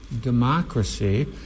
democracy